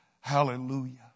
Hallelujah